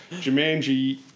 Jumanji